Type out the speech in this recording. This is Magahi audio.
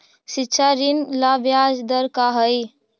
शिक्षा ऋण ला ब्याज दर का हई?